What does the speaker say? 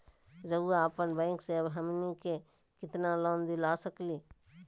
रउरा अपन बैंक से हमनी के कितना लोन दिला सकही?